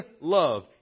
love